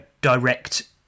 direct